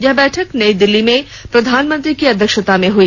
यह बैठक नई दिल्ली में प्रधानमंत्री की अध्यक्षता में हुई